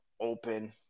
open